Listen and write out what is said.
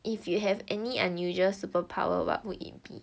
if you have any unusual superpower what would it be